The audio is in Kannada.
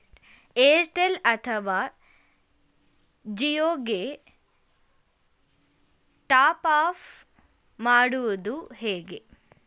ಏರ್ಟೆಲ್ ಅಥವಾ ಜಿಯೊ ಗೆ ಟಾಪ್ಅಪ್ ಮಾಡುವುದು ಹೇಗೆ?